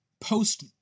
post